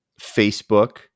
Facebook